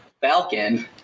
Falcon